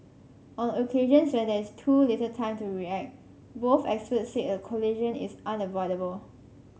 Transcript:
on occasions when there is too little time to react both experts said a collision is unavoidable